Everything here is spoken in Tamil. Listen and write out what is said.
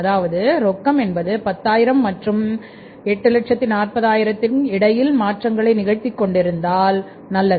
அதாவது ரொக்கம் என்பது10000 மற்றும் 840000 இடையில் மாற்றங்களை நிகழ்த்தி கொண்டிருந்தால் நல்லது